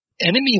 Enemy